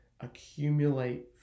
accumulate